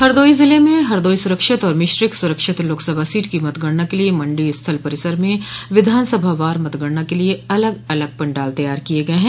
हरदोई जिल में हरदोई सुरक्षित और मिश्रिख सुरक्षित लोकसभा सीट की मतगणना के लिए मंडी स्थल परिसर में विधानसभा वार मतगणना के लिए अलग अलग पंडाल तैयार किए गए हैं